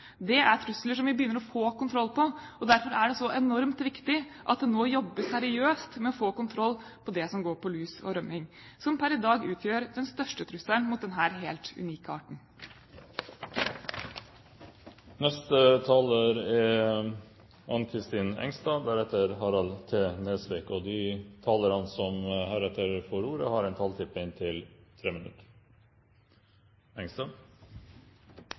Det er trusler som vi begynner å få kontroll på. Derfor er det så enormt viktig at det nå jobbes seriøst med å få kontroll på det som går på lus og rømming, som per i dag utgjør den største trusselen mot denne helt unike arten. De talere som heretter får ordet, har en taletid på inntil 3 minutter.